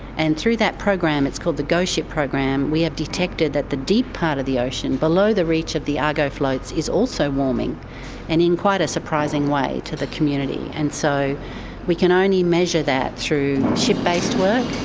and through that program it's called the go-ship program we have detected that the deep part of the ocean, below the reach of the argo floats, is also warming and in quite a surprising way to the community. and so we can only measure that through ship-based work,